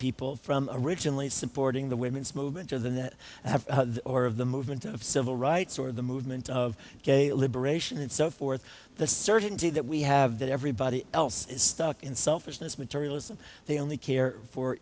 people from originally supporting the women's movement of them that i have more of the movement of civil rights or the movement of gay liberation and so forth the certainty that we have that everybody else is stuck in selfishness materialism they only care